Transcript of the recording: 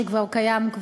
שכבר קיים.